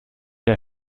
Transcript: der